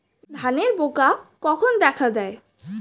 ধানের পোকা কখন দেখা দেয়?